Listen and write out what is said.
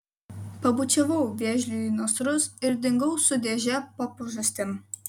pabučiavau vėžliui į nasrus ir dingau su dėže po pažastim